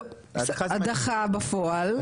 לא הדחה בפועל,